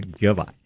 Goodbye